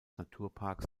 naturparks